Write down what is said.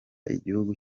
igihugu